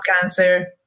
cancer